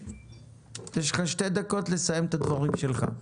יש לך שתי דקות לסיים את הדברים שלך.